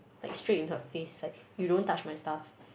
like straight in her face like you don't touch my stuff